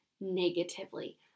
negatively